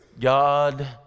God